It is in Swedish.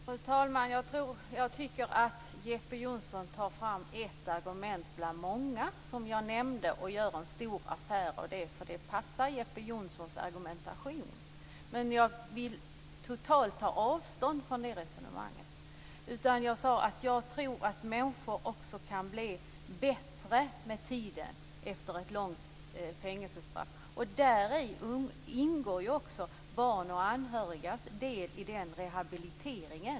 Fru talman! Jag tycker att Jeppe Johnsson tar fram ett argument bland många som jag nämnde och gör en stor affär av det, eftersom det passar Jeppe Johnssons argumentation. Jag vill totalt ta avstånd från det resonemanget. Jag sade att jag tror att människor också kan bli bättre med tiden efter ett långt fängelsestraff. I den rehabiliteringen har också barn och anhöriga del.